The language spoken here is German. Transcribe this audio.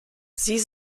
sie